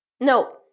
No